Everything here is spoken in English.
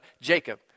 Jacob